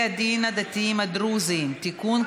(תיקון,